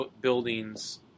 buildings